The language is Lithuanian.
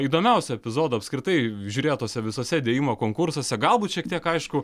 įdomiausių epizodų apskritai žiūrėt tuose visuose dėjimų konkursuose galbūt šiek tiek aišku